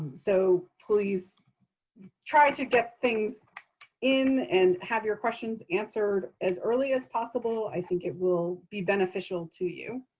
so please try to get things in and have your questions answered as early as possible. i think it will be beneficial to you.